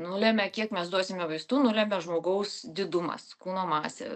nulemia kiek mes duosime vaistų nulemia žmogaus didumas kūno masė